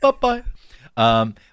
Bye-bye